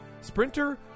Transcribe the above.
Sprinter